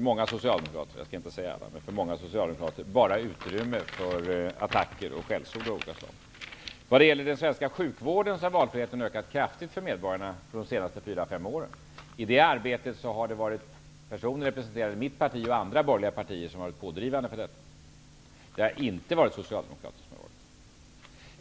många socialdemokrater föremål för attacker och skällsord av olika slag. När det gäller den svenska sjukvården har valfriheten ökat kraftigt för medborgarna de senaste fyra fem åren. I det arbetet har det varit personer som representerar mitt parti och andra borgerliga partier som har varit pådrivande. Det har inte varit socialdemokrater.